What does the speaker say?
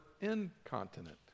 incontinent